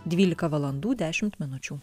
dvylika valandų dešimt minučių